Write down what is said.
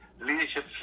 leadership